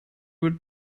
would